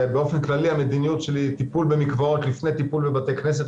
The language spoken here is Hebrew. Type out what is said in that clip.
באופן כללי המדיניות שלי היא טיפול במקוואות לפני טיפול בבתי כנסת,